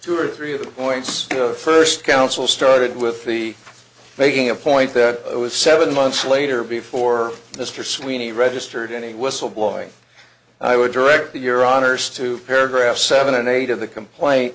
two or three of the points first council started with the making a point that it was seven months later before mr sweeney registered any whistle blowing i would direct your honour's to paragraph seven and eight of the complaint